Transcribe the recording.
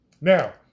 Now